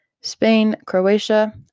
Spain-Croatia